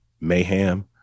mayhem